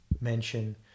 mention